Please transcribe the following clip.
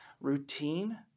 routine